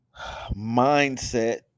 mindset